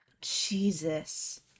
Jesus